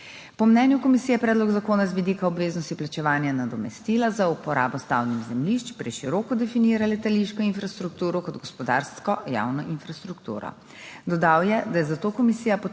Po mnenju komisije predlog zakona z vidika obveznosti plačevanja nadomestila za uporabo stavbnih zemljišč preširoko definira letališko infrastrukturo kot gospodarsko javno infrastrukturo. Dodal je, da je zato komisija